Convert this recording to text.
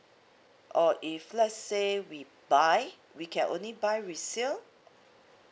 or if let's say we buy we can only buy resale